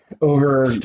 over